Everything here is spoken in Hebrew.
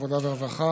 עבודה ורווחה.